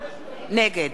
נגד